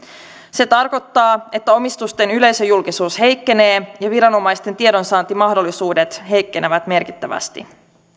se tarkoittaa että omistusten yleisöjulkisuus heikkenee ja viranomaisten tiedonsaantimahdollisuudet heikkenevät merkittävästi